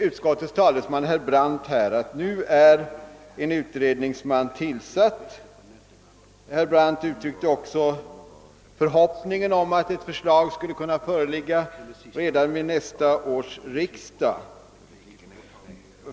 Utskottets talesman herr Brandt sade här att en utredningsman nu är tillsatt, och herr Brandt uttryckte förhoppningen att förslag i ärendet skall kunna föreläggas nästa års riksdag.